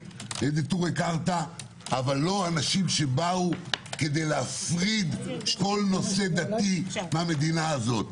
נטורי קרתא אבל לא אנשים שבאו כדי להפריד כל נושא דתי מהמדינה הזאת.